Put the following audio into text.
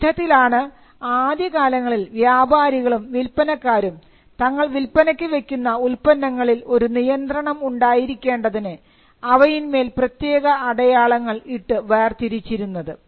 ഈ വിധത്തിലാണ് ആദ്യകാലങ്ങളിൽ വ്യാപാരികളും വിൽപ്പനക്കാരും തങ്ങൾ വിൽപ്പനയ്ക്ക് വെക്കുന്ന ഉൽപ്പന്നങ്ങളിൽ ഒരു നിയന്ത്രണം ഉണ്ടായിരിക്കേണ്ടതിന് അവയിന്മേൽ പ്രത്യേക അടയാളങ്ങൾ ഇട്ട് വേർതിരിച്ചിരുന്നത്